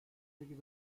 sekiz